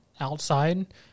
outside